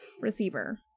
receiver